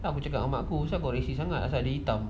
lepas tu saya cakap mak aku racist sangat asalkan dia hitam